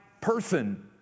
person